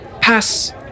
pass